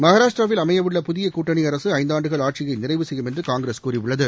மகாராஷ்டிராவில் அமைய உள்ள புதிய கூட்டணி அரசு ஐந்தாண்டுகள் ஆட்சியை நிறைவு செய்யும் என்று காங்கிரஸ் கூறியுள்ளது